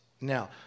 Now